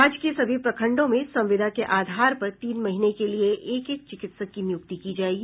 राज्य के सभी प्रखंडों में संविदा के आधार पर तीन महीने के लिए एक एक चिकित्सक की नियुक्ति की जायेगी